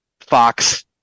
Fox